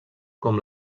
com